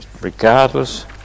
Regardless